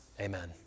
Amen